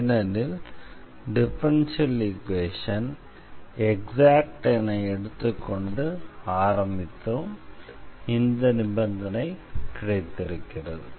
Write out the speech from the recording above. ஏனெனில் differential equation exact என எடுத்துக்கொண்டு ஆரம்பித்தோம் இந்த நிபந்தனை கிடைத்திருக்கிறது